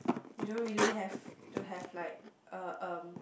you don't really have to have like a um